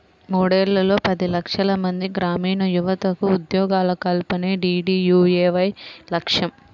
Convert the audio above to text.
మూడేళ్లలో పది లక్షలమంది గ్రామీణయువతకు ఉద్యోగాల కల్పనే డీడీయూఏవై లక్ష్యం